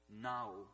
now